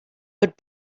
would